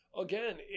Again